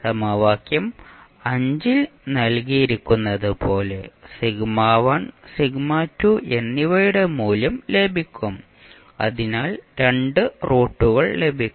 സമവാക്യം ൽ നൽകിയിരിക്കുന്നതുപോലെ എന്നിവയുടെ മൂല്യം ലഭിക്കും അതിനാൽ രണ്ട് റൂട്ടുകൾ ലഭിക്കും